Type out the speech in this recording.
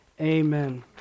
amen